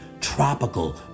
tropical